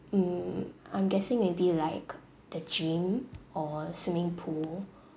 mm I'm guessing maybe like the gym or swimming pool